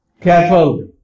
careful